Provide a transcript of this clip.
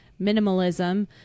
minimalism